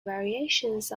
variations